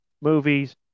movies